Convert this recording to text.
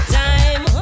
time